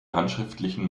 handschriftlichen